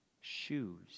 shoes